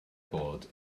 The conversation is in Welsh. bod